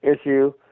issue